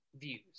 views